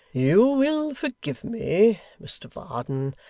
you will forgive me, mr varden,